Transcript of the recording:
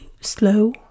slow